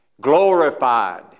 glorified